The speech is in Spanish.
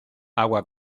agua